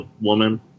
woman